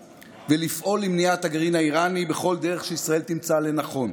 ולפעול למניעת הגרעין האיראני בכל דרך שישראל תמצא לנכון.